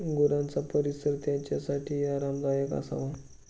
गुरांचा परिसर त्यांच्यासाठी आरामदायक असावा